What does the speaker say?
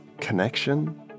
connection